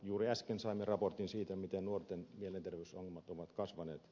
juuri äsken saimme raportin siitä miten nuorten mielenterveysongelmat ovat kasvaneet